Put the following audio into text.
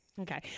okay